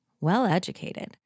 well-educated